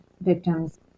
victims